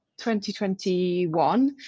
2021